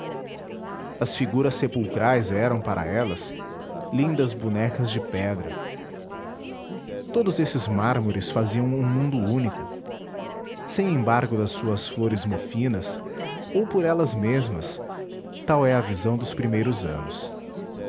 as figuras sepulcrais eram para elas lindas bonecas de pedra todos esses mármores faziam um mundo único sem embargo das suas flores mofinas ou por elas mesmas tal é a visão dos primeiros anos